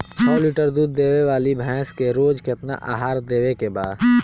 छह लीटर दूध देवे वाली भैंस के रोज केतना आहार देवे के बा?